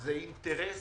זה אינטרס